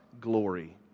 glory